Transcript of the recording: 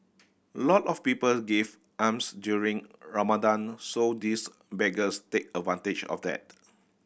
lot of people give alms during Ramadan so these beggars take advantage of that